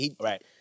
Right